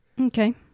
Okay